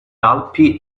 alpi